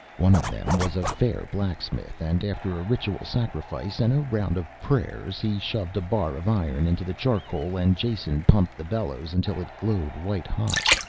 one of them was a fair blacksmith and after a ritual sacrifice and a round of prayers he shoved a bar of iron into the charcoal and jason pumped the bellows until it glowed white hot.